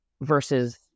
versus